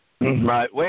Right